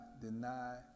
deny